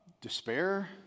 despair